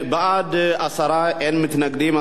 בעד, 10, אין מתנגדים.